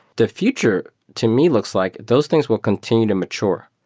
the future to me looks like those things will continue to mature.